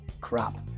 crap